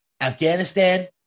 Afghanistan